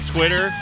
Twitter